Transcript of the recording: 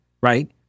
right